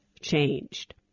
changed